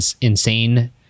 insane